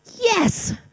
yes